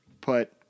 put